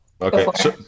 Okay